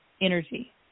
energy